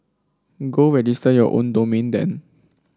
go register your own domain then